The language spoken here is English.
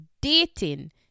dating